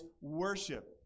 worship